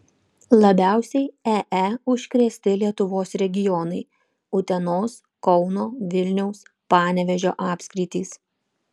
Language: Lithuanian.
labiausiai ee užkrėsti lietuvos regionai utenos kauno vilniaus panevėžio apskritys